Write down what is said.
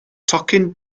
tocyn